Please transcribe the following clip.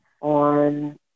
on